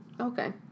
Okay